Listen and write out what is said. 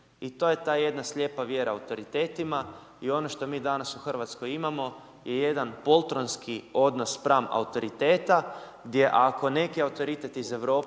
I to je ta jedna slijepa vjera autoritetima i ono što mi danas u Hrvatskoj imamo je jedan poltronski odnos spram autoriteta gdje ako neki autoritet iz Europe